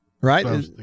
right